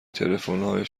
تلفنهای